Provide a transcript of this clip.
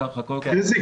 חזי,